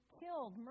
killed